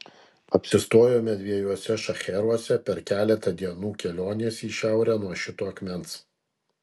apsistojome dviejuose šcheruose per keletą dienų kelionės į šiaurę nuo šito akmens